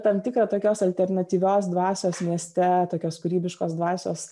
tam tikrą tokios alternatyvios dvasios mieste tokios kūrybiškos dvasios